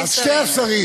אז שני השרים,